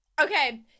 okay